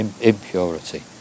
impurity